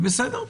ובסדר,